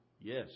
Yes